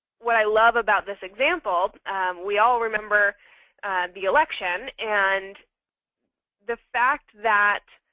what i love about this example we all remember the election. and the fact that